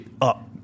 up